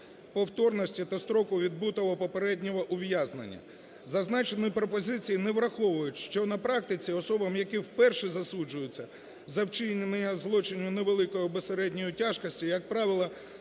повторності та строку відбутого попереднього ув'язнення. Зазначені пропозиції не враховують, що на практиці особам, які вперше засуджуються за вчинення злочинів невеликої або середньої тяжкості, як правило,